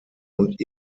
und